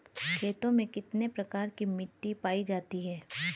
खेतों में कितने प्रकार की मिटी पायी जाती हैं?